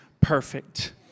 perfect